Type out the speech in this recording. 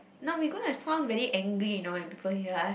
no we gonna sound very angry you know when people hear us